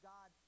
God